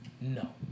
No